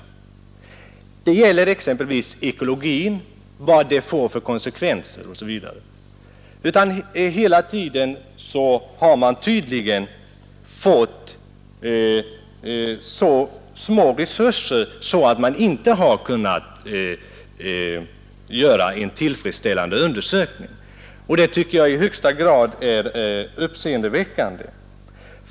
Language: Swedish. Det gäller exempelvis de ekologiska konsekvenserna vid användningen av fenoxisyror. Resurserna har hela tiden tydligen varit så små, att man inte har kunnat göra en tillfredsställande undersökning. Detta tycker jag är i högsta grad uppseendeväckande.